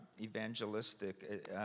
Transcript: evangelistic